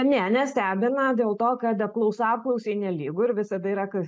ne nestebina dėl to kad apklausa apklausai nelygu ir visada yra ka